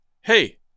Hey